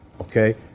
okay